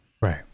right